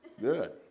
Good